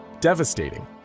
devastating